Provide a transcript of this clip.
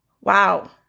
wow